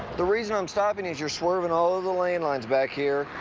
the reason i'm stopping is you're swerving all over the lane lines back here.